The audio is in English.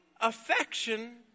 affection